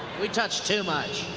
we touch too much.